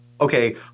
okay